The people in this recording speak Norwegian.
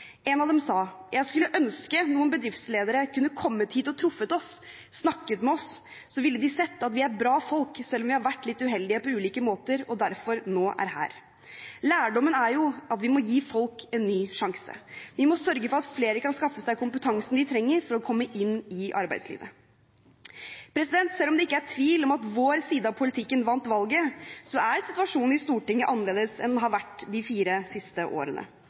En av dem sa: Jeg skulle ønske noen bedriftsledere kunne kommet hit og truffet oss, snakket med oss – så ville de sett at vi er bra folk selv om vi har vært litt uheldige på ulike måter og derfor nå er her. Lærdommen er at vi må gi folk en ny sjanse. Vi må sørge for at flere kan skaffe seg kompetansen de trenger for å komme inn i arbeidslivet. Selv om det ikke er tvil om at vår side av politikken vant valget, er situasjonen i Stortinget annerledes enn den har vært de fire siste årene.